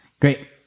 Great